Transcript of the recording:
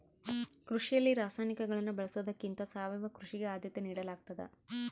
ಕೃಷಿಯಲ್ಲಿ ರಾಸಾಯನಿಕಗಳನ್ನು ಬಳಸೊದಕ್ಕಿಂತ ಸಾವಯವ ಕೃಷಿಗೆ ಆದ್ಯತೆ ನೇಡಲಾಗ್ತದ